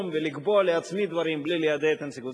ולקבוע לעצמי דברים בלי ליידע את הנציגות.